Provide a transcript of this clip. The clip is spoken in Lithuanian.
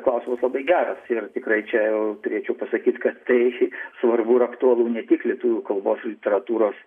klausimas labai geras ir tikrai čia jau turėčiau pasakyt kad tai svarbu ir aktualu ne tik lietuvių kalbos ir literatūros